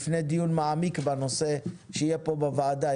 לפני דיון מעמיק שיהיה פה בוועדה.